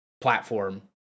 platform